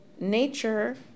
nature